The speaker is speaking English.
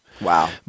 Wow